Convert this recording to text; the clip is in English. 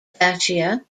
fascia